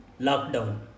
Lockdown